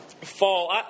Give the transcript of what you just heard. fall